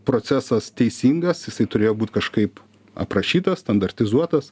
procesas teisingas jisai turėjo būt kažkaip aprašytas standartizuotas